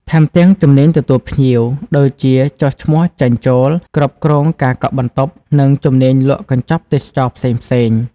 ថែមទាំង ជំនាញទទួលភ្ញៀវ ដូចជាចុះឈ្មោះចេញ-ចូល គ្រប់គ្រងការកក់បន្ទប់ និងជំនាញលក់កញ្ចប់ទេសចរណ៍ផ្សេងៗ។